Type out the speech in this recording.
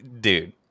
Dude